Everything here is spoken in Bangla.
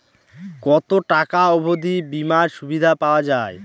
কত টাকা অবধি বিমার সুবিধা পাওয়া য়ায়?